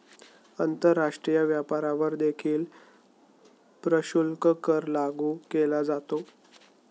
आंतरराष्ट्रीय व्यापारावर देखील प्रशुल्क कर लागू केला जातो